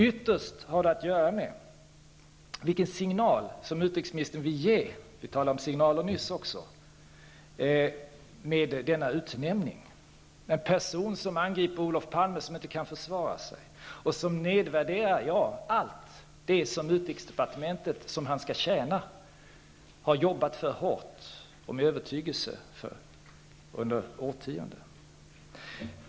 Ytterst handlar det om vilken signal -- vi talade nyss om signaler -- som utrikesministern vill ge med denna utnämning av en person som angriper Olof Palme som inte kan försvara sig och som nedvärderar allt det som utrikesdepartementet under årtionden med övertygelse hårt har arbetat för, ett utrikesdepartement som denna person nu skall tjäna.